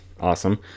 awesome